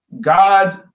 God